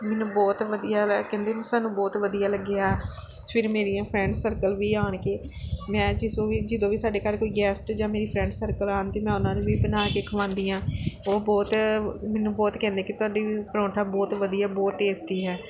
ਮੈਨੂੰ ਬਹੁਤ ਵਧੀਆ ਲੈ ਕਹਿੰਦੇ ਸਾਨੂੰ ਬਹੁਤ ਵਧੀਆ ਲੱਗਿਆ ਫਿਰ ਮੇਰੀਆਂ ਫ੍ਰੈਂਡਸ ਸਰਕਲ ਵੀ ਆਉਣ ਕੇ ਮੈਂ ਜਿਸ ਨੂੰ ਵੀ ਜਦੋਂ ਵੀ ਸਾਡੇ ਘਰ ਕੋਈ ਗੈਸਟ ਜਾਂ ਮੇਰੀ ਫਰੈਂਡ ਸਰਕਲ ਆਉਣ 'ਤੇ ਮੈਂ ਉਹਨਾਂ ਨੂੰ ਵੀ ਬਣਾ ਕੇ ਖ਼ਵਾਉਂਦੀ ਹਾਂ ਉਹ ਬਹੁਤ ਮੈਨੂੰ ਬਹੁਤ ਕਹਿੰਦੇ ਕਿ ਤੁਹਾਡਾ ਪਰੌਂਠਾ ਬਹੁਤ ਵਧੀਆ ਬਹੁਤ ਟੇਸਟੀ ਹੈ